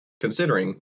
considering